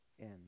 end